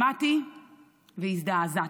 שמעתי והזדעזעתי.